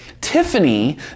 Tiffany